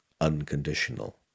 unconditional